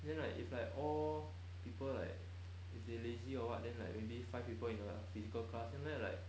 then like if like all people like if they lazy or what then like maybe five people in a physical classroom that like